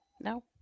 No